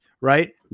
right